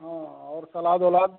हाँ और सलाद ओलाद